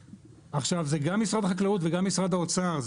עכשיו זה גם משרד החקלאות וגם משרד האוצר,